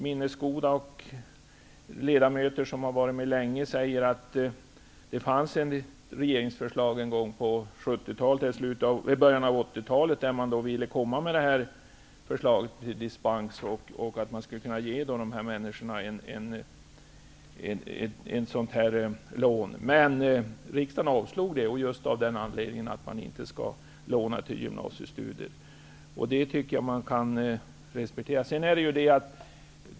Minnesgoda ledamöter som har varit med länge säger att det en gång i slutet av 70-talet eller början av 80-talet fanns ett regeringsförslag om att det skulle bli möjligt att ge dispens och ge de här människorna ett lån, men riksdagen avslog det -- just av den anledningen att man inte skall låna till gymnasiestudier. Det tycker jag att man kan respektera.